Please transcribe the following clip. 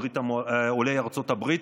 עולי ארצות הברית,